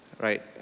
right